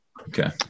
Okay